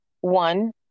one